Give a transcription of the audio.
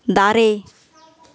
ᱫᱟᱨᱮ